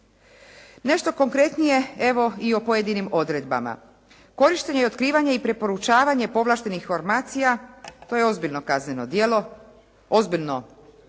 Nešto konkretnije evo i o pojedinim odredbama. Korištenje i otkrivanje i preporučivanje povlaštenih formacija to je ozbiljno kazneno djelo, ozbiljno